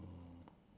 can